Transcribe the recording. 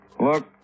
Look